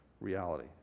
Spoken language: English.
reality